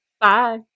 Bye